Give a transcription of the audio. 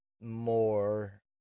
more